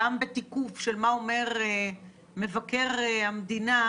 גם בתיקוף של מה אומר מבקר המדינה,